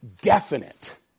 definite